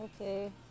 Okay